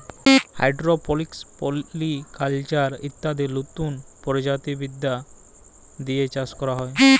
hydroponics, polyculture ইত্যাদি লতুন প্রযুক্তি বিদ্যা দিয়ে চাষ ক্যরা হ্যয়